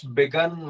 begun